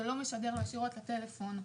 זה לא משדר ישירות לטלפון,